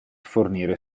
fornire